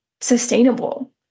sustainable